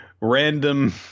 random